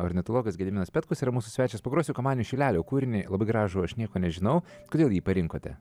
ornitologas gediminas petkus yra mūsų svečias pagrosiu kamanių šilelio kurmiai labai gražų aš nieko nežinau kodėl jį parinkote